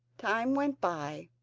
time went by.